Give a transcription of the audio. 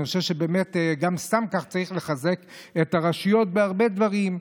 אני חושב שבאמת גם סתם כך צריך לחזק את הרשויות בהרבה דברים,